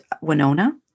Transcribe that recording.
Winona